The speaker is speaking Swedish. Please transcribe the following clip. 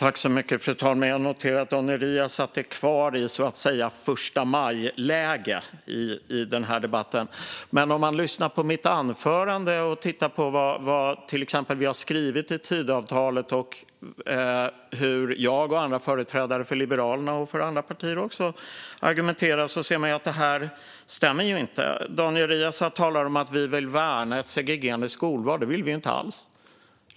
Fru talman! Jag noterar att Daniel Riazat i den här debatten är kvar i förstamajläge, så att säga. Men om man lyssnar på mitt anförande och tittar till exempel på vad vi har skrivit i Tidöavtalet och hur jag och andra företrädare för Liberalerna och även andra partier argumenterar inser man att detta inte stämmer. Daniel Riazat talar om att vi vill värna ett segregerande skolval - det vill vi inte alls.